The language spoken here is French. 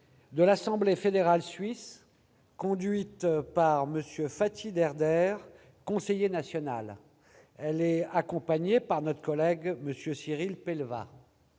de l'Assemblée fédérale suisse, conduite par M. Fathi Derder, conseiller national. Cette délégation est accompagnée par notre collègue Cyril Pellevat.